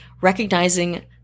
recognizing